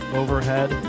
overhead